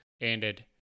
ended